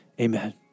Amen